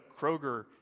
Kroger